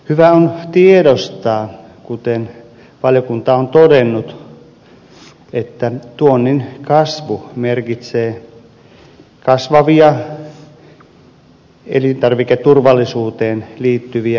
hyvä on tiedostaa kuten valiokunta on todennut että tuonnin kasvu merkitsee kasvavia elintarviketurvallisuuteen liittyviä riskejä